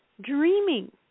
dreaming